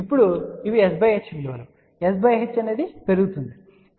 ఇప్పుడు ఇవి s h విలువలు s h పెరుగుతుంది అని మీరు చూడవచ్చు